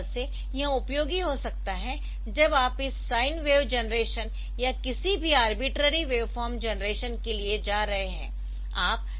इस तरह से यह उपयोगी हो सकता है जब आप इस साइन वेव जनरेशन या किसी भी आरबिटररी वेवफॉर्म जनरेशन के लिए जा रहे है